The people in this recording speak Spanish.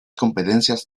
competencias